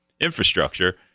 infrastructure